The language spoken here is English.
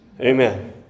Amen